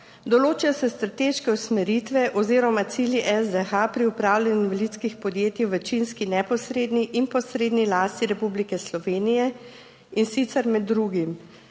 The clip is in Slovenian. Določa se strateške usmeritve oziroma cilji SDH pri upravljanju invalidskih podjetij v večinski neposredni in posredni lasti Republike Slovenije, in sicer med drugim